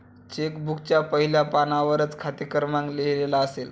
check बुकच्या पहिल्या पानावरच खाते क्रमांक लिहिलेला असेल